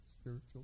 spiritual